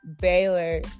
baylor